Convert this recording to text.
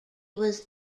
was